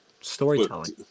Storytelling